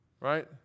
right